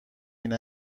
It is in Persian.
این